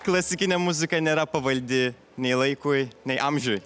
klasikinė muzika nėra pavaldi nei laikui nei amžiui